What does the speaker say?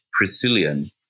Priscillian